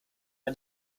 man